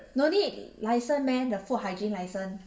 no need license meh the food hygiene license